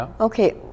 Okay